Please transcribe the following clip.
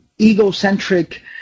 egocentric